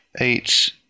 eight